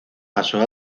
pasó